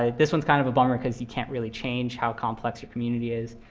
ah this one is kind of a bummer, because you can't really change how complex your community is.